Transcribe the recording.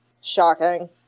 Shocking